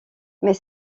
mais